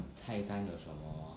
菜单有什么